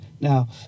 Now